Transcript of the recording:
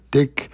Dick